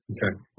Okay